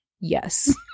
yes